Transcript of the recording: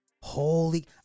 Holy